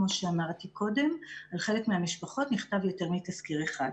וכמו שאמרתי קודם על חלק מהמשפחות נכתב יותר מתסקיר אחד.